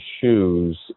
shoes